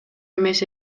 эмес